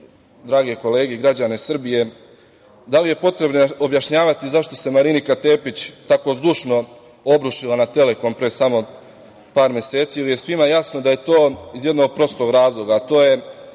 drage kolege i građane Srbije – da li je potrebno objašnjavati zašto se Marinika Tepić tako zdušno obrušila na „Telekom“ pre samo par meseci ili je svima jasno da je to iz jednog prostog razloga,